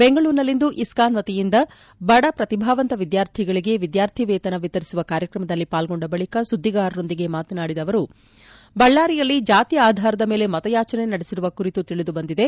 ಬೆಂಗಳೂರಿನಲಿಂದು ಇಸ್ನಾನ್ ವತಿಯಿಂದ ಬಡ ಪ್ರತಿಭಾವಂತ ವಿದ್ಯಾರ್ಥಿಗಳಿಗೆ ವಿದ್ಯಾರ್ಥಿವೇತನ ವಿತರಿಸುವ ಕಾರ್ಯಕ್ರಮದಲ್ಲಿ ಪಾಲ್ಗೊಂಡ ಬಳಿಕ ಸುದ್ಗಿಗಾರರೊಂದಿಗೆ ಮಾತನಾಡಿದ ಅವರು ಬಳ್ಳಾರಿಯಲ್ಲಿ ಜಾತಿ ಆಧಾರದ ಮೇಲೆ ಮತಯಾಚನೆ ನಡೆಸಿರುವ ಕುರಿತು ತಿಳಿದುಬಂದಿದೆ